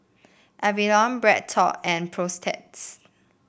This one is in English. Avalon BreadTalk and Protex